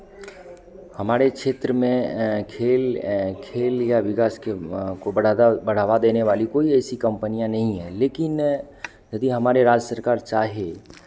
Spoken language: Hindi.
हमारे क्षेत्र में खेल खेल या विकास के को बढ़ावा बढ़ावा देने वाली कोई ऐसी कम्पनियाँ नहीं है लेकिन यदि हमारे राज्य सरकार चाहे